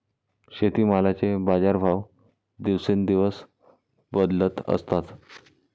शेतीमालाचे बाजारभाव दिवसेंदिवस बदलत असतात